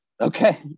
okay